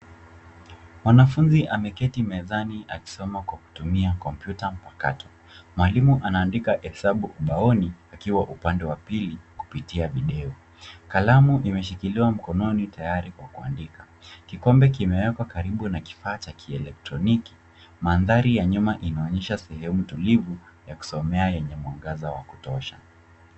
Mwanafunzi ameketi mezani akisoma kwa kutumia kompyuta mpakato. Mwalimu anaandika hesabu ubaoni akiwa upande wa pili kupitia video. Kalamu imeshikiliwa mkononi tayari kwa kuandika. Kikombe kimewekwa karibu na kifaa cha kielektroniki, mandhari ya nyuma inaonyesha sehemu tulivu ya kusomea yenye mwangaza wa kutosha.